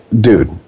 dude